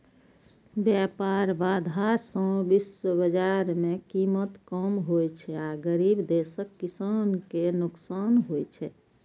व्यापार बाधा सं विश्व बाजार मे कीमत कम होइ छै आ गरीब देशक किसान कें नुकसान होइ छै